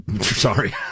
Sorry